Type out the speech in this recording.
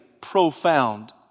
profound